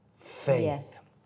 faith